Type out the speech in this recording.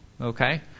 okay